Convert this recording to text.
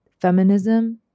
feminism